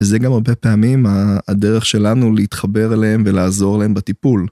וזה גם הרבה פעמים הדרך שלנו להתחבר אליהם ולעזור להם בטיפול.